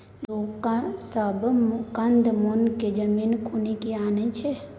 लोग सब कंद मूल केँ जमीन खुनि केँ आनय छै